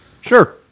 Sure